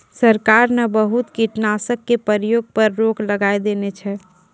सरकार न बहुत कीटनाशक के प्रयोग पर रोक लगाय देने छै